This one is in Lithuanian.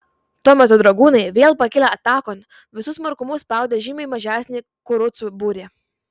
tuo metu dragūnai vėl pakilę atakon visu smarkumu spaudė žymiai mažesnį kurucų būrį